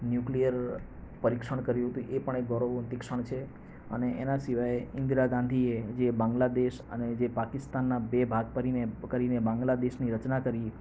nuclear પરીક્ષણ કર્યું હતું એ પણ એક ગૌરવવંતી ક્ષણ છે અને એના સિવાય ઇન્દિરા ગાંધીએ જે બાંગ્લાદેશ અને જે પાકિસ્તાનના જે બે ભાગ કરીને કરીને બાંગ્લાદેશની રચના કરી